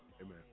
amen